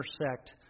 intersect